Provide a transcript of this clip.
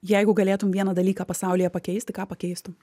jeigu galėtum vieną dalyką pasaulyje pakeisti ką pakeistum